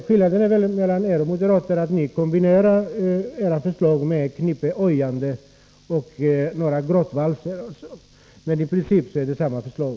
Skillnaden mellan er och moderaterna är att ni kombinerar förslaget med ett knippe ojanden och några gråtvalser, men i princip är det samma förslag.